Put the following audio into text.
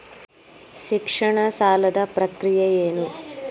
ಶಿಕ್ಷಣ ಸಾಲದ ಪ್ರಕ್ರಿಯೆ ಏನು?